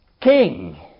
King